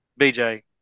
BJ